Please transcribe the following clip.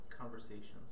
conversations